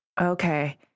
Okay